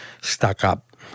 stuck-up